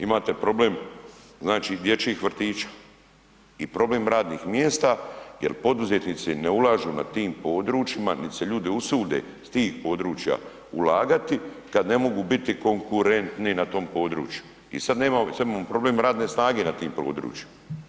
Imate problem dječjih vrtića i problem radnih mjesta jel poduzetnici ne ulažu na tim područjima niti se ljudi usude s tih područja ulagati kada ne mogu biti konkurentni na tom području i sada imamo problem radne snage na tom području.